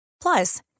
Plus